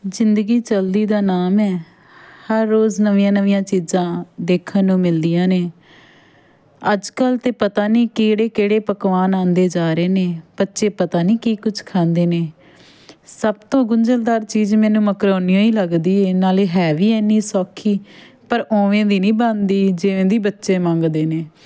ਜ਼ਿੰਦਗੀ ਚਲਦੀ ਦਾ ਨਾਮ ਹੈ ਹਰ ਰੋਜ਼ ਨਵੀਆਂ ਨਵੀਆਂ ਚੀਜ਼ਾਂ ਦੇਖਣ ਨੂੰ ਮਿਲਦੀਆਂ ਨੇ ਅੱਜ ਕੱਲ੍ਹ ਤਾਂ ਪਤਾ ਨਹੀਂ ਕਿਹੜੇ ਕਿਹੜੇ ਪਕਵਾਨ ਆਉਂਦੇ ਜਾ ਰਹੇ ਨੇ ਬੱਚੇ ਪਤਾ ਨਹੀਂ ਕੀ ਕੁਝ ਖਾਂਦੇ ਨੇ ਸਭ ਤੋਂ ਗੁੰਝਲਦਾਰ ਚੀਜ਼ ਮੈਨੂੰ ਮਕਰੋਨੀ ਓਹੀ ਲੱਗਦੀ ਏ ਨਾਲੇ ਹੈ ਵੀ ਇੰਨੀ ਸੌਖੀ ਪਰ ਉਵੇਂ ਦੀ ਨਹੀਂ ਬਣਦੀ ਜਿਵੇਂ ਦੀ ਬੱਚੇ ਮੰਗਦੇ ਨੇ